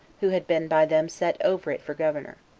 who had been by them set over it for governor.